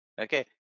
okay